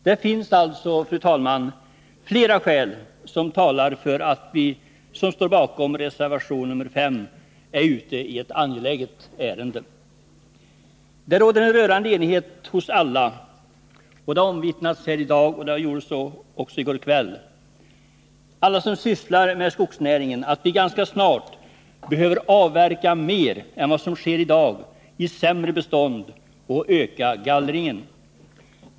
Det finns alltså, fru talman, flera skäl som talar för att vi som står bakom reservation 5 är ute i ett angeläget ärende. Det råder en rörande enighet — det har omvittnats i dag och även i går kväll — bland alla som sysslar med skogsnäringen, om att vi ganska snart behöver avverka mer än vad som sker i dag i sämre bestånd och öka gallringen.